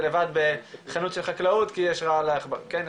לבד בחנות של חקלאות כי יש רעלי עכברים,